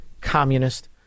communist